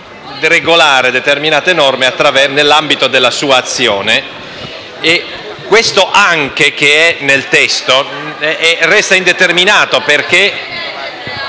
regolare determinate norme nell'ambito della sua azione. Questo «anche», contenuto nel testo, resta indeterminato.